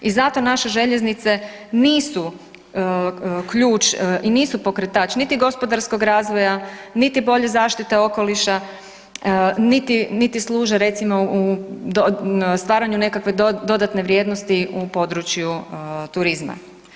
I zato naše željeznice nisu ključ i nisu pokretač niti gospodarskog razvoja, niti bolje zaštite okoliša, niti služe recimo u stvaranju nekakve dodatne vrijednosti u području turizma.